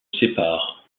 sépare